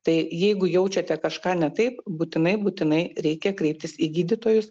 tai jeigu jaučiate kažką ne taip būtinai būtinai reikia kreiptis į gydytojus